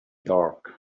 dark